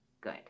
good